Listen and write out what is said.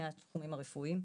מהתחומים הרפואיים.